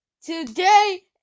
Today